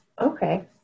Okay